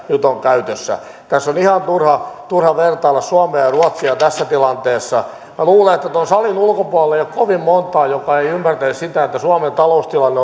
nyt on käytössä tässä on ihan turha vertailla suomea ja ruotsia tässä tilanteessa minä luulen että tuolla salin ulkopuolella ei ole kovin montaa joka ei ymmärtäisi sitä että suomen taloustilanne